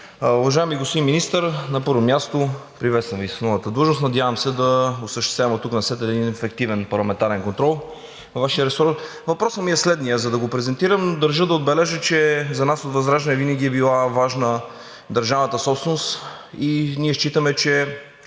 Уважаеми господин Министър, на първо място, приветствам Ви с новата длъжност. Надявам се да осъществяваме оттук насетне един ефективен парламентарен контрол във Вашия ресор. Въпросът ми е следният: за да го презентирам, държа да отбележа, че за нас от ВЪЗРАЖДАНЕ винаги е била важна държавната собственост и ние считаме, че